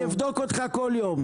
אני אהיה פה ואני אבדוק אותך כל יום.